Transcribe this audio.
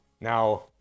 Now